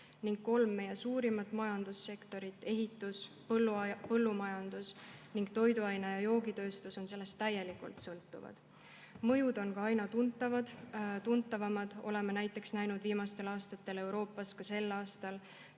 ning kolm meie suurimat majandussektorit – ehitus, põllumajandus ning toiduaine‑ ja joogitööstus – on sellest täielikult sõltuvad. Mõju on aina tuntavam. Oleme näinud viimastel aastatel Euroopas, ka sel aastal,